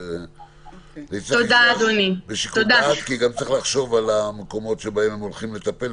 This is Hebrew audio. כי גם צריך לחשוב על המקומות שבהם הם הולכים לטפל.